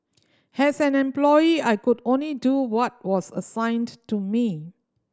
has an employee I could only do what was assigned to me